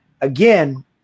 again